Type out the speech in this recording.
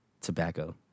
tobacco